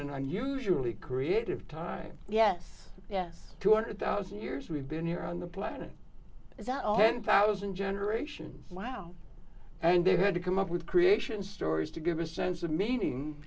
an unusually creative time yes yes two hundred thousand years we've been here on the planet that all men one thousand generations wow and they had to come up with creation stories to give a sense of meaning